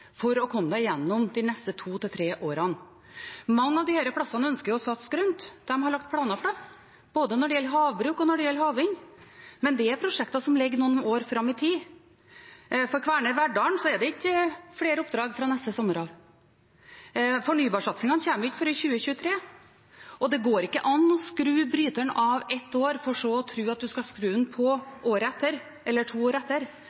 for å komme seg igjennom de neste totre årene. På mange av disse plassene ønsker man å satse grønt, de har lagt planer for det både når det gjelder havbruk og når det gjelder havvind. Men det er prosjekter som ligger noen år fram i tid. For Kværner Verdal er det ikke flere oppdrag fra neste sommer. Fornybarsatsingene kommer ikke før i 2023, og det går ikke an å skru bryteren av ett år for så å tro at man skal skru den på året etter eller to år etter.